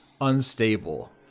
unstable